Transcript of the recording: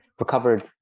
Recovered